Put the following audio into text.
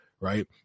right